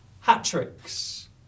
hat-tricks